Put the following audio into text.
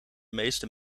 meeste